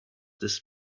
this